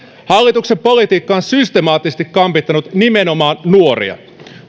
hallituksen politiikka on systemaattisesti kampittanut nimenomaan nuoria